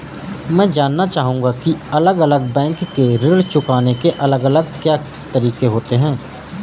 मैं जानना चाहूंगा की अलग अलग बैंक के ऋण चुकाने के अलग अलग क्या तरीके होते हैं?